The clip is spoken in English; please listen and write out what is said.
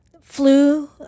flu